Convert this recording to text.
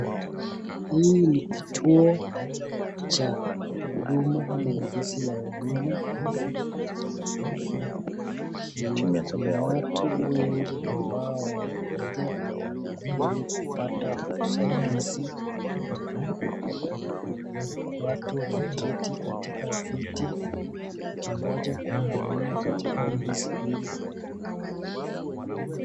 Hii ni kituo cha huduma ama ofisi ya huduma kuna watu wengi ambao wamekuja hili kupata husaidizi, wtu wameketi katika viti wakingoja kuhudumiwa katika ofisi hii.